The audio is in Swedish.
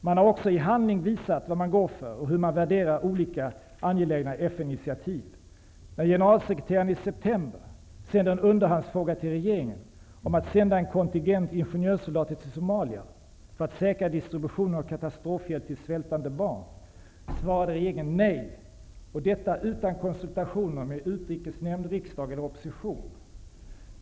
Man har också i handling visat vad man går för och hur man värderar olika, angelägna FN-initiativ. När generalsekreteraren i september sände en underhandsfråga till regeringen om att sända en kontingent ingenjörssoldater till Somalia för att säkra distributionen av katastrofhjälp till svältande barn, svarade regeringen nej, och detta utan konsultationer med utrikesnämnd, riksdag eller opposition.